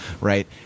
right